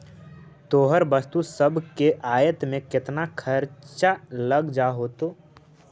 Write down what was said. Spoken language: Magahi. तोहर वस्तु सब के आयात में केतना खर्चा लग जा होतो?